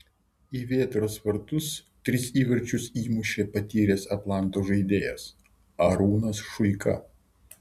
į vėtros vartus tris įvarčius įmušė patyręs atlanto žaidėjas arūnas šuika